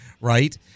right